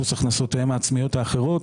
פלוס הכנסותיהן העצמיות האחרות,